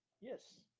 Yes